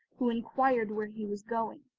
who inquired where he was going.